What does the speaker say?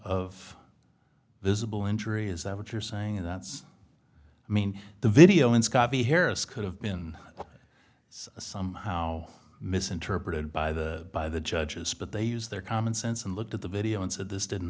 of visible injury is that what you're saying and that's i mean the video in scottie harris could have been somehow misinterpreted by the by the judges but they use their common sense and looked at the video and said this didn't